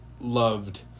loved